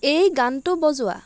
এই গানটো বজোৱা